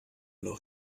noch